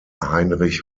heinrich